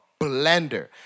blender